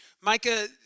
Micah